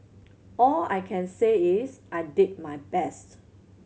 all I can say is I did my best